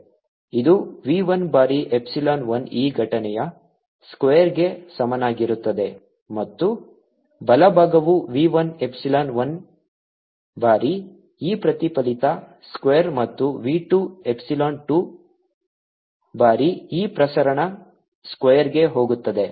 ಇದು v 1 ಬಾರಿ epsilon 1 e ಘಟನೆಯ ಸ್ಕ್ವೇರ್ಗೆ ಸಮನಾಗಿರುತ್ತದೆ ಮತ್ತು ಬಲಭಾಗವು v 1 ಎಪ್ಸಿಲಾನ್ 1 ಬಾರಿ e ಪ್ರತಿಫಲಿತ ಸ್ಕ್ವೇರ್ ಮತ್ತು v 2 ಎಪ್ಸಿಲಾನ್ 2 ಬಾರಿ e ಪ್ರಸರಣ ಸ್ಕ್ವೇರ್ಗೆ ಹೋಗುತ್ತದೆ